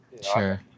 Sure